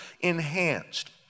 enhanced